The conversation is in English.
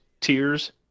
tears